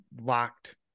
locked